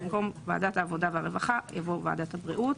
ובמקום "וועדת העבודה והרווחה" יבוא "וועדת הבריאות".